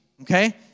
okay